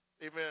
Amen